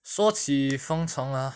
锁起封城 ah